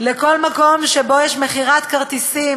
לכל מקום שיש בו מכירת כרטיסים,